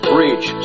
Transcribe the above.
reach